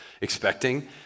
expecting